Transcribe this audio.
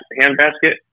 handbasket